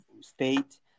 state